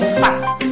fast